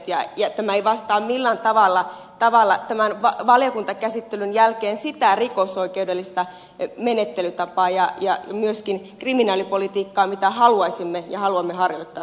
tämä ei vastaa millään tavalla valiokuntakäsittelyn jälkeen sitä rikosoikeudellista menettelytapaa eikä myöskään kriminaalipolitiikkaa mitä haluaisimme ja haluamme harjoittaa suomessa